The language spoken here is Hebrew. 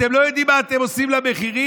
אתם לא יודעים מה אתם עושים למחירים?